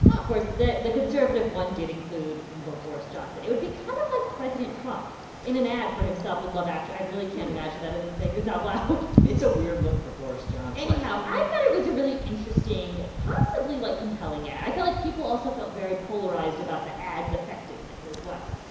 of course, the the conservative one did include but boris johnson. it would be kind of like president trump in an ad for himself with love, actually. i really can't imagine that as i'm saying this out loud it's a weird look for boris johnson anyhow, i thought it was a really interesting, possibly, like, compelling ad. i feel like people also felt very polarized about the ad's effectiveness effectiveness as well.